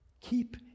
Keep